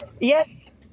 Yes